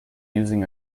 using